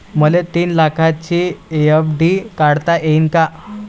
मले तीन लाखाची एफ.डी काढता येईन का?